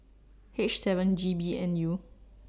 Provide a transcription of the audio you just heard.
H seven G B N U